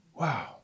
Wow